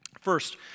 First